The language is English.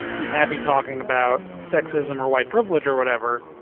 he's happy talking about sexism or white privilege or whatever.